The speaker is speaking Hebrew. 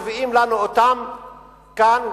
מביאים לנו אותם כאן,